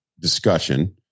discussion